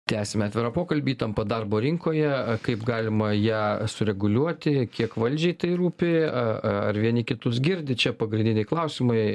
tęsime atvirą pokalbį įtampa darbo rinkoje kaip galima ją sureguliuoti kiek valdžiai tai rūpi ar vieni kitus girdi čia pagrindiniai klausimai